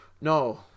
no